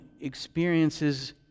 experiences